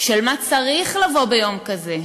של מה צריך לבוא ביום כזה,